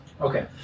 Okay